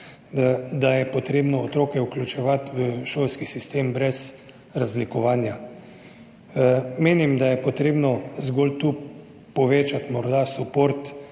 da je potrebno otroke vključevati v šolski sistem brez razlikovanja. Menim, da je potrebno zgolj tu povečati morda podporo